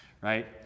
right